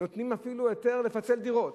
נותנים אפילו היתר לפצל דירות,